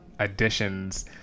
additions